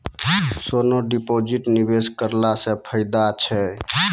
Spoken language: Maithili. सोना डिपॉजिट निवेश करला से फैदा छै?